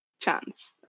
chance